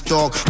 Dog